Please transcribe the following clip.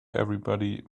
everybody